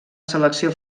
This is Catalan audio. selecció